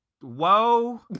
whoa